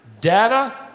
data